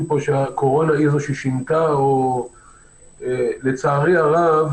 שהקורונה היא זאת ששינתה את פני הדברים.